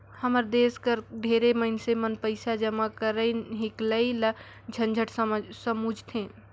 हमर देस कर ढेरे मइनसे मन पइसा जमा करई हिंकलई ल झंझट समुझथें